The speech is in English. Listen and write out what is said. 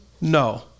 No